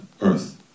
earth